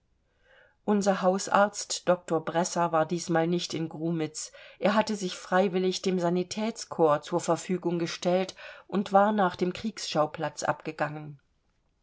unser hausarzt doktor bresser war diesmal nicht in grumitz er hatte sich freiwillig dem sanitätskorps zur verfügung gestellt und war nach dem kriegsschauplatz abgegangen